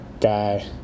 guy